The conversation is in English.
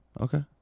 Okay